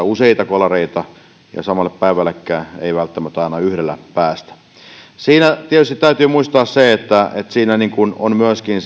useita kolareita viikossa ja samana päivänäkään ei välttämättä yhdellä päästä siinä tietysti täytyy muistaa se että siinä on kyseessä myöskin